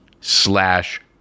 slash